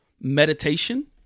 meditation